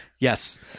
yes